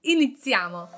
Iniziamo